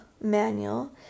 manual